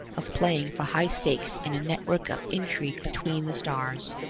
of playing for high stakes in a network of intrigue between the stars.